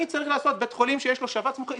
אני צריך לעשות בית חולים שיש לו שבץ מוחי,